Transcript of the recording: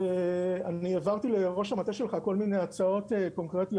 אני העברתי לראש המטה שלך כל מיני הצעות קונקרטיות